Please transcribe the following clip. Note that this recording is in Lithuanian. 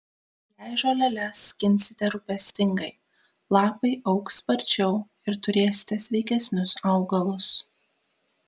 jei žoleles skinsite rūpestingai lapai augs sparčiau ir turėsite sveikesnius augalus